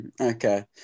okay